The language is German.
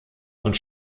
und